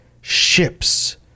ships